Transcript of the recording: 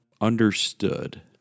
understood